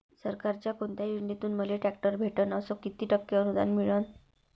सरकारच्या कोनत्या योजनेतून मले ट्रॅक्टर भेटन अस किती टक्के अनुदान मिळन?